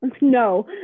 no